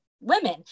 women